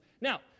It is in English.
Now